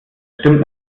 stimmt